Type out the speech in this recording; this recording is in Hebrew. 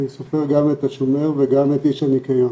אני סופר גם את השומר וגם את איש הניקיון,